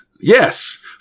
Yes